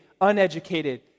uneducated